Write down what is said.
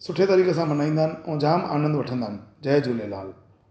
सुठे तरीक़े सां मल्हाईंदा आहिनि ऐं जाम आनंद वठंदा आहिनि जय झूलेलाल